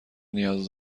نیاز